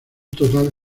total